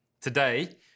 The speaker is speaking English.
Today